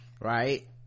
Right